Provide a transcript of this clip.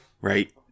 right